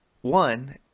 one